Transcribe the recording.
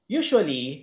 usually